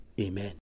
Amen